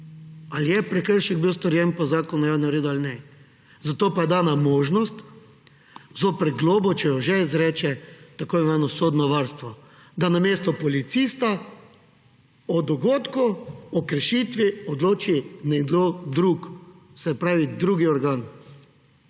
ali je prekršek bil storjen po zakonu o javnem redu ali ne. Zato pa je dana možnost zoper globo, če jo že izreče, tako imenovano sodno varstvo, da namesto policista o dogodku, o kršitvi odloči nekdo drug, se pravi drugi organ.